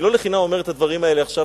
לא לחינם אני אומר את הדברים האלה עכשיו,